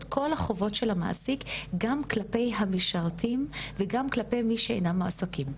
כל החובות של המעסיק גם כלפיי המשרתים וגם כלפי מי שאינם מועסקים".